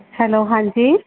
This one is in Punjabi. ਹੈਲੋ ਹਾਂਜੀ